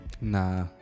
Nah